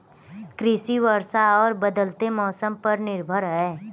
कृषि वर्षा और बदलते मौसम पर निर्भर है